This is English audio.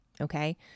Okay